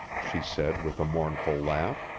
she said with a mournful laugh.